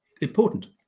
important